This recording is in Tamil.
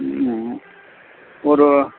ம் ஒரு